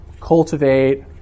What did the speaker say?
cultivate